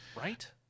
Right